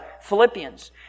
Philippians